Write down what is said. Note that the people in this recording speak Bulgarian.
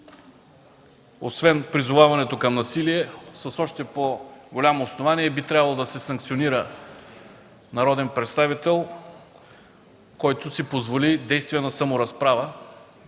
Освен призоваването към насилие с още по-голямо основание би трябвало да се санкционира народен представител, който си позволи действие на саморазправа